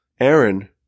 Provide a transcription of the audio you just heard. Aaron